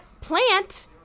plant